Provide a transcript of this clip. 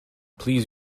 please